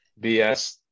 BS